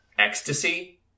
Ecstasy